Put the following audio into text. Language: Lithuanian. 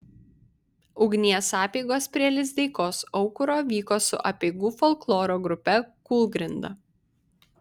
ugnies apeigos prie lizdeikos aukuro vyko su apeigų folkloro grupe kūlgrinda